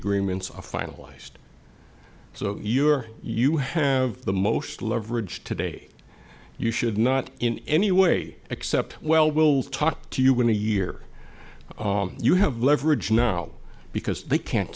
agreements are finalized so you're you have the most leverage today you should not in any way accept well we'll talk to you when a year you have leverage now because they can't